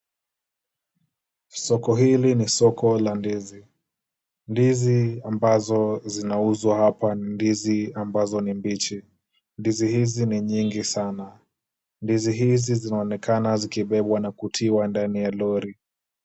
Soko hili ni soko la ndizi. Ndizi ambazo zinauzwa hapa ni ndizi ambazo ni mbichi. Ndizi hizi ni nyingi sana. Ndizi hizi zinaonekana zikibebwa na kutiwa ndani ya lori.